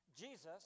Jesus